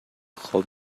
خواب